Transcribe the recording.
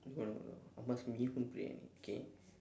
no no no amma's mee-hoon briyani K